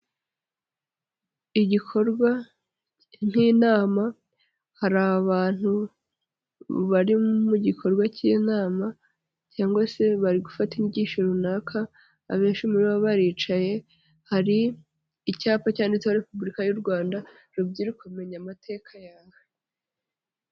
Igikorwa nk'inama hari abantu bari mu gikorwa cy'inama cyangwa se bari gufata inyigisho runaka abenshi muri bo baricaye, hari icyapa cyanditseho Repubulika y'u Rwanda rubyiruko menya amateka yawe.